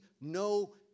no